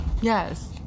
Yes